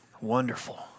Wonderful